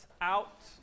out